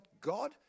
God